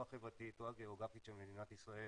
או החברתית או הגיאוגרפית של מדינת ישראל,